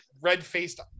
red-faced